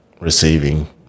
Receiving